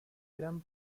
gran